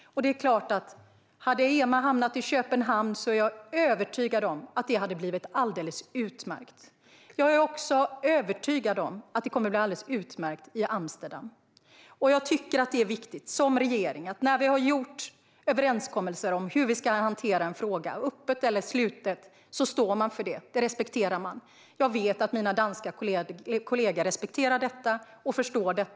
Om EMA hade hamnat i Köpenhamn är jag övertygad om att det hade blivit alldeles utmärkt. Jag är också övertygad om att det kommer att bli alldeles utmärkt i Amsterdam. Jag tycker att det är viktigt att vi som regering, när vi har gjort överenskommelser om hur vi ska hantera en fråga, öppet eller slutet, också står för det. Det respekterar man. Jag vet att mina danska kollegor respekterar det och förstår det.